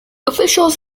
officials